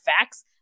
facts